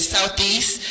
Southeast